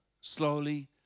slowly